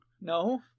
no